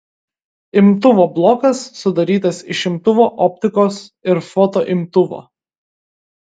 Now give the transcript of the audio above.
imtuvo blokas sudarytas iš imtuvo optikos ir fotoimtuvo